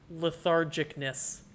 lethargicness